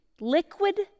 liquid